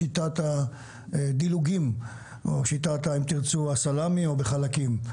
בשיטת הדילוגים, או בשיטת הסלמי, או בחלקים.